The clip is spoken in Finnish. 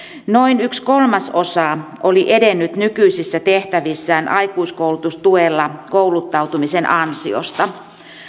noin yksi kolmasosa oli edennyt nykyisissä tehtävissään aikuiskoulutustuella kouluttautumisen ansiosta